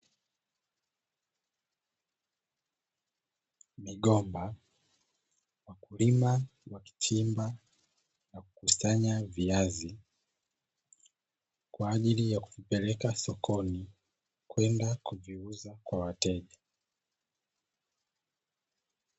Migomba, wakulima wakichimba na kukusanya viazi kwa ajili ya kupeleka sokoni kwenda kuviuza kwa wateja.